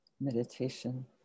meditation